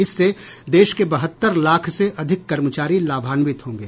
इससे देश के बहत्तर लाख से अधिक कर्मचारी लाभान्वित होंगे